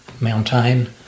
mountain